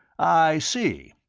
i see.